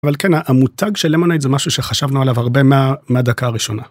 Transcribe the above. אבל כן המותג שלמונייד זה משהו שחשבנו עליו הרבה מהדקה הראשונה.